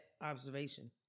observation